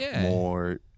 more